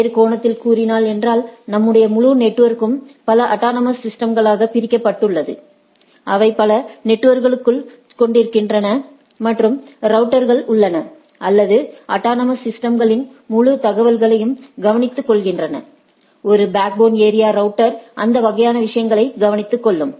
வேறுகோணத்தில் கூறினோம் என்றால் நம்முடைய முழு நெட்வொர்க்கும் பல அட்டானமஸ் சிஸ்டம்களாகப் பிரிக்கப்பட்டுள்ளது அவை பல நெட்வொர்க்குகளைக் கொண்டிருக்கின்றன மற்றும் ரவுட்டர்கள் உள்ளன அல்லது அட்டானமஸ் சிஸ்டம்ஸ்களின் முழு தகவல்களையும் கவனித்துக்கொள்கின்றன ஒரு பேக்போன் ஏரியா ரௌட்டர் அந்த வகையான விஷயங்களை கவனித்துக்கொள்ளும்